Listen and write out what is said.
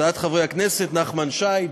של חברי הכנסת נחמן שי,